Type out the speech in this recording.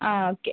ആ ഓക്കെ